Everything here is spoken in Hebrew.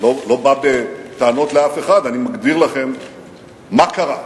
אני לא בא בטענות לאף אחד, אני מגדיר לכם מה קרה.